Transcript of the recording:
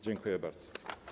Dziękuję bardzo.